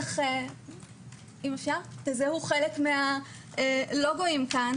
תזהו חלק מהלוגו כאן